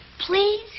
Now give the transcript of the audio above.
Please